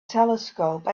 telescope